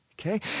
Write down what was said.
Okay